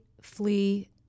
flee